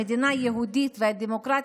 המדינה היהודית והדמוקרטית,